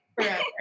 Forever